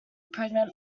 pregnant